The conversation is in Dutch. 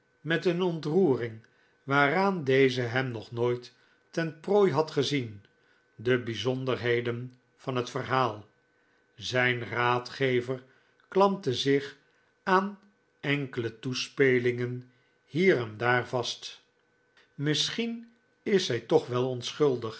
met een ontroering waaraan deze hem nog nooit ten prooi had gezien de bijzonderheden van het verhaal zijn raadgever klampte zich aan enkele toespelingen hier en daar vast misschien is zij toch wel onschuldig